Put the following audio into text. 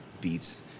beats